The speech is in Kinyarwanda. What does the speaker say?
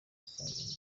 mukangemanyi